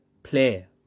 Player